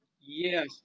Yes